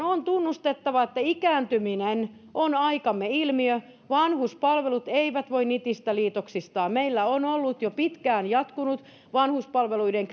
on tunnustettava että ikääntyminen on aikamme ilmiö vanhuspalvelut eivät voi nitistä liitoksistaan meillä on ollut jo pitkään jatkunut vanhuspalveluiden